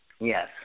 yes